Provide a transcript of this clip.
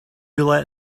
let